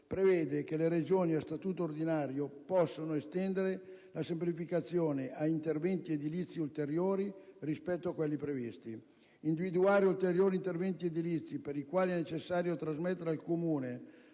prevede che le Regioni a statuto ordinario possano estendere la semplificazione a interventi edilizi ulteriori rispetto a quelli previsti, individuare ulteriori interventi edilizi per i quali è necessario trasmettere al Comune